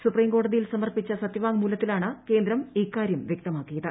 സുപ്രീംകോടതിയിൽ സമർപ്പിച്ച സത്യവാങ്മൂലത്തിലാണ് കേന്ദ്രം ഇക്കാർവ് ം വൃക്തമാക്കിയത്